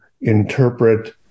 interpret